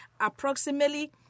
approximately